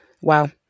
wow